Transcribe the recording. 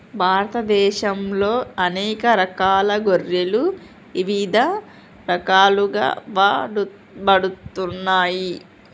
భారతదేశంలో అనేక రకాల గొర్రెలు ఇవిధ రకాలుగా వాడబడుతున్నాయి